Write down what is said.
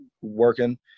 working